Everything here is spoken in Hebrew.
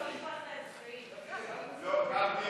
גפני,